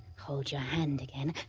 hold your hand again.